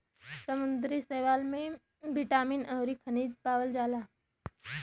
समुंदरी शैवाल में बिटामिन अउरी खनिज पावल जाला